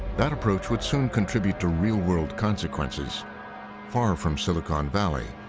that approach would soon contribute to real-world consequences far from silicon valley,